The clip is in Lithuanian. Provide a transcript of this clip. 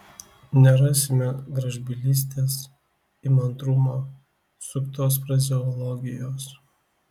nerasime gražbylystės įmantrumo suktos frazeologijos